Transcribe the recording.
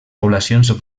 poblacions